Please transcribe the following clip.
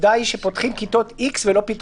הייתה תקנה שדיברה על יציאה ממקום מגורים קבוע